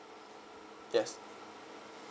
yes